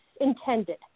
intended